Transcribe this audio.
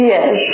Yes